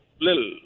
Little